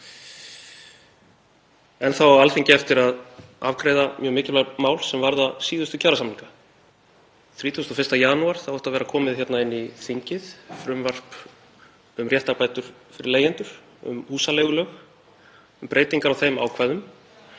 Enn á Alþingi eftir að afgreiða mjög mikilvæg mál sem varða síðustu kjarasamninga. Þann 31. janúar átti að vera komið inn í þingið frumvarp um réttarbætur fyrir leigjendur, um húsaleigulög, um breytingar á þeim ákvæðum.